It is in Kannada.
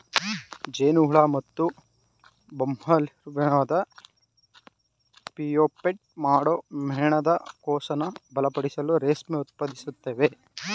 ಜೇನುಹುಳು ಮತ್ತುಬಂಬಲ್ಬೀಲಾರ್ವಾವು ಪ್ಯೂಪೇಟ್ ಮಾಡೋ ಮೇಣದಕೋಶನ ಬಲಪಡಿಸಲು ರೇಷ್ಮೆ ಉತ್ಪಾದಿಸ್ತವೆ